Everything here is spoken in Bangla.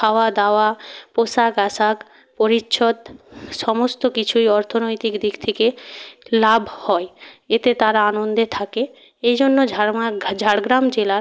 খাওয়া দাওয়া পোশাক আশাক পরিচ্ছদ সমস্ত কিছুই অর্থনৈতিক দিক থেকে লাভ হয় এতে তারা আনন্দে থাকে এই জন্য ঝাড়গ্রাম জেলার